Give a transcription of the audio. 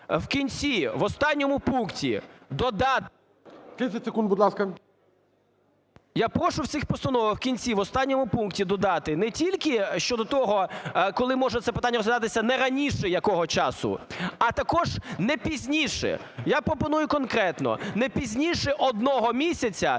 в кінці, в останньому пункті додати не тільки щодо того, коли може це питання розглядатися, не раніше якого часу, а також не пізніше. Я пропоную конкретно: не пізніше одного місяця